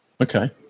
Okay